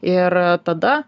ir tada